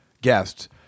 guests